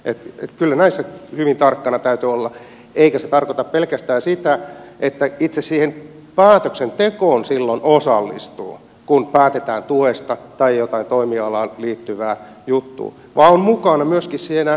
kyllä näissä hyvin tarkkana täytyy olla eikä se tarkoita pelkästään sitä että itse siihen päätöksentekoon silloin osallistuu kun päätetään tuesta tai jostain toimialaan liittyvästä jutusta vaan on mukana myöskin siinä valmistelussa